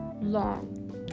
long